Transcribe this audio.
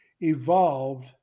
evolved